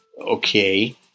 Okay